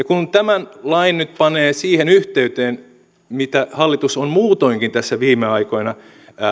kun tämän lain nyt panee siihen yhteyteen mitä hallitus on muutoinkin tässä viime aikoina